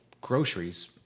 groceries